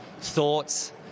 thoughts